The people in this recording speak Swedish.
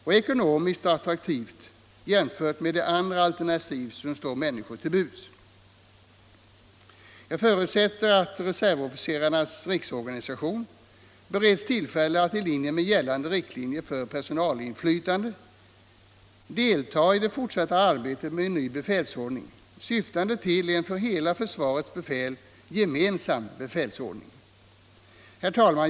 och ekonomiskt attraktiva . Jag förutsätter att Reservofficerarnas centralorganisation bereds tillfälle att — i linje med gällande riktlinjer för personalinflytande — delta i det fortsatta arbetet med en ny befälsordning, syftande till en för hela försvarets befäl gemensam befälsordning. Herr talman!